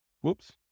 Whoops